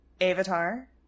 Avatar